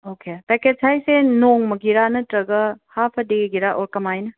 okay package ꯍꯥꯏꯔꯤꯁꯦ ꯅꯣꯡꯃꯒꯤꯔꯥ ꯅꯠꯇ꯭ꯔꯒ ꯍꯥꯐ ꯑ ꯗꯦ ꯒꯤꯔꯥ ꯑꯣꯔ ꯀꯃꯥꯏꯅ